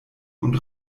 und